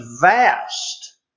vast